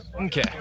Okay